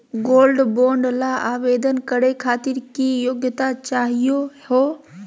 Gold bond ल आवेदन करे खातीर की योग्यता चाहियो हो?